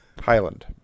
Highland